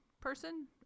person